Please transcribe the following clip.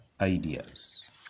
ideas